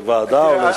לוועדה או להסתפק?